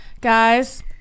guys